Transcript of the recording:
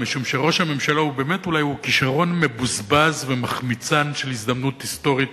כי ראש הממשלה הוא באמת אולי כשרון מבוזבז ומחמיצן של הזדמנות היסטורית